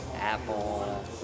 Apple